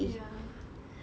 ya